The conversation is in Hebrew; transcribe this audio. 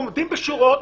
הרכבים עומדים בשורות